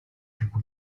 people